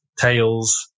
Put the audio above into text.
tails